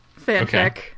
fanfic